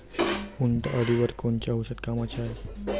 उंटअळीवर कोनचं औषध कामाचं हाये?